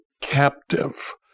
captive